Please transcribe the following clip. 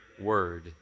Word